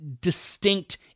distinct